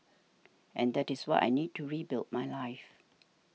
and that is what I need to rebuild my life